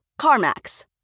CarMax